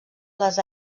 les